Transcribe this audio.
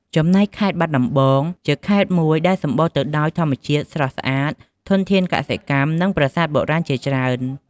ចំណែកខេត្តបាត់ដំបង គឺជាខេត្តមួយដែលសម្បូរទៅដោយធម្មជាតិស្រស់ស្អាត ធនធានកសិកម្ម និងប្រាសាទបុរាណជាច្រើន។